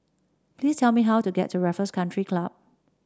please tell me how to get to Raffles Country Club